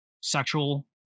sexual